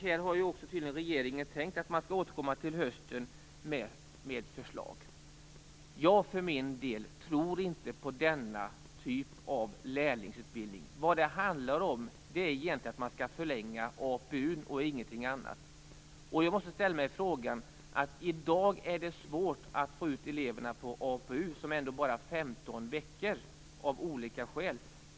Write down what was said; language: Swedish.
Här har regeringen tydligen tänkt återkomma med förslag till hösten. Jag tror för min del inte på denna typ av lärlingsutbildning. Vad det handlar om är egentligen att förlänga APU och ingenting annat. Jag måste ställa en fråga. I dag är det svårt att få ut eleverna i APU, som är bara 15 veckor, av olika skäl.